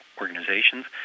organizations